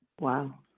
Wow